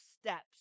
steps